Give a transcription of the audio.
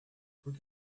porque